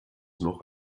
noch